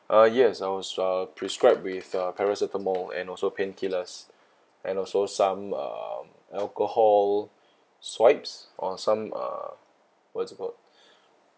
uh yes I was uh prescribe with a paracetamol and also painkillers and also some um alcohol swipes or some uh what's it called